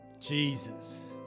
Jesus